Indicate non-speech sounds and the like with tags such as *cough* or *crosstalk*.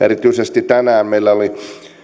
*unintelligible* erityisesti tänään meillä oli